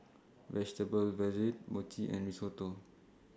Vegetable Jalfrezi Mochi and Risotto